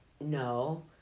No